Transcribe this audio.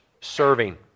serving